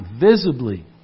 visibly